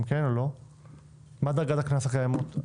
מה דרגות הקנס הקיימות?